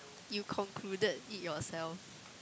you concluded it yourself